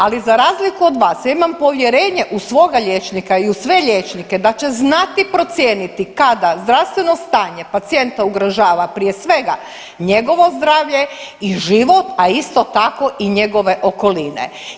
Ali, za razliku od vas, ja imam povjerenje u svoga liječnika i u sve liječnike da će znati procijeniti kada zdravstveno stanje pacijenta ugrožava, prije svega njegovo zdravlje i život, a isto tako i njegove okoline.